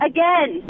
Again